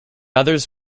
others